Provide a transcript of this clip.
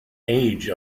age